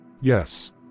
Yes